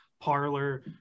parlor